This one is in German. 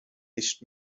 nicht